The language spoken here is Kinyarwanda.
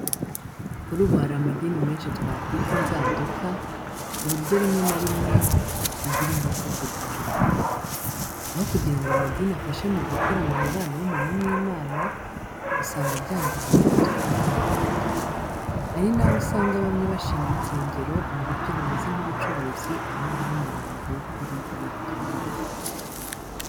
Kuri ubu hari amadini menshi twakwita “Inzanduka,” ku buryo rimwe na rimwe bigira ingaruka ku Rwanda. Aho kugira ngo amadini afashe mu gukura mu mubano w’umuntu n’Imana, usanga byangiza mu mutwe bamwe na bamwe. Hari naho usanga bamwe bashinga insengero mu buryo bumeze nk’ubucuruzi aho guha umurongo w’ukuri iyobokamana.